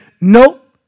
nope